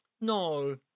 No